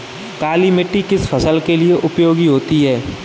काली मिट्टी किस फसल के लिए उपयोगी होती है?